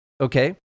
okay